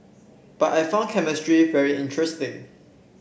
but I found chemistry very interesting